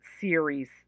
series